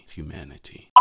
humanity